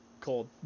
cold